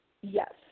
Yes